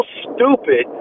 stupid